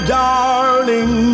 darling